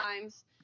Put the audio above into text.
times